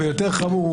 ויותר חמור,